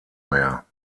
mehr